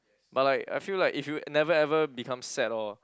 but like I feel like if you never ever become sad or